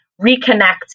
reconnect